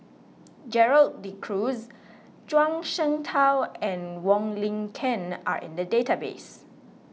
Gerald De Cruz Zhuang Shengtao and Wong Lin Ken are in the database